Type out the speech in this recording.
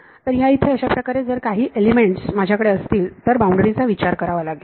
तर ह्या इथे अशाप्रकारे जर काही एलिमेंट्स माझ्याकडे असतील तर बाउंड्री चा विचार करावा लागेल